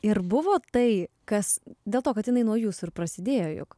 ir buvo tai kas dėl to kad jinai nuo jūsų ir prasidėjo juk